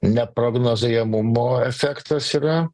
neprognozuojamumo efektas yra